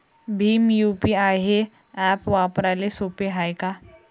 Bhim UPI हे app वापराले सोपे हाय का?